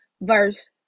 verse